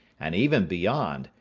and even beyond,